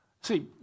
See